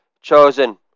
Chosen